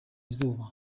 izuba